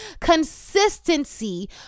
consistency